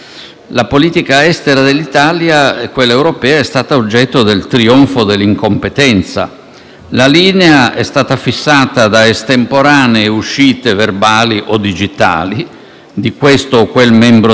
La linea è stata fissata da estemporanee uscite verbali - o digitali - di questo o quel membro del Governo, meglio se impreparato nel merito e incompetente nel ruolo.